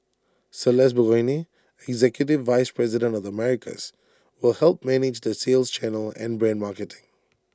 celeste Burgoyne executive vice president of the Americas will help manage the sales channel and brand marketing